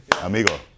amigo